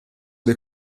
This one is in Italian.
dei